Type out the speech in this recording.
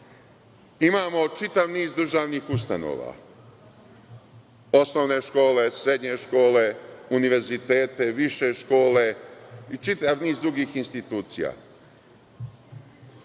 čitav niz državnih ustanova, osnovne škole, srednje škole, univerzitete, više škole i čitav niz drugih institucija?